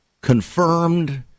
confirmed